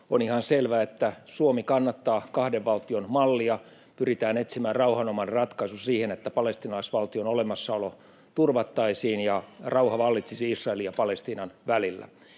on ihan selvää, että Suomi kannattaa kahden valtion mallia. Pyritään etsimään rauhanomainen ratkaisu siihen, että palestiinalaisvaltion olemassaolo turvattaisiin ja rauha vallitsisi Israelin ja Palestiinan välillä.